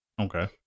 Okay